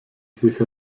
sich